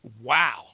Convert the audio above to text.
wow